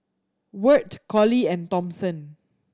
Wirt Collie and Thompson